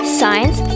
science